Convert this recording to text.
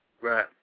Right